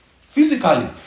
physically